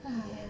ya